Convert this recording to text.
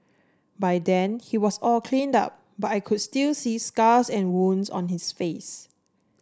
by then he was all cleaned up but I could still see scars and wounds on his face